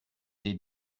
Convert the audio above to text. des